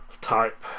type